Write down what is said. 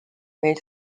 mil